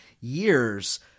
years